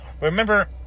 Remember